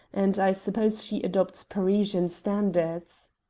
and i suppose she adopts parisian standards.